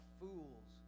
fools